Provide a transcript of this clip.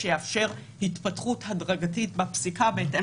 שיאפשר התפתחות הדרגתית בפסיקה בהתאם